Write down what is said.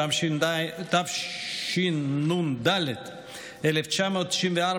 התשנ"ד 1994,